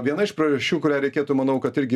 viena iš priežasčių kurią reikėtų manau kad irgi